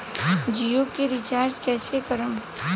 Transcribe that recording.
जियो के रीचार्ज कैसे करेम?